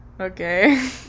Okay